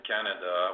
Canada